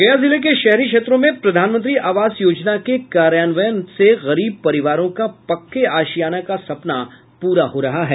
गया जिले के शहरी क्षेत्रों में प्रधानमंत्री आवास योजना के कार्यान्वयन से गरीब परिवारों का पक्के आशियाना का सपना पूरा हो रहा है